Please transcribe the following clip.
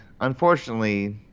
unfortunately